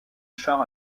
char